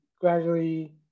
gradually